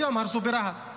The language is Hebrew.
היום הרסו ברהט.